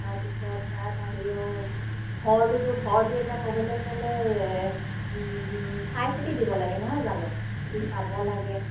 তাৰপিছত তাৰ বাহিৰেও ঘৰটোতো ঘৰটো এতিয়া ক'বলৈ গ'লে চাই চিতি দিব লাগে নহয় জানো যি পাব লাগে